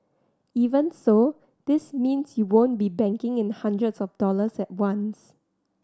even so this means you won't be banking in hundreds of dollars at once